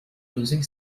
losing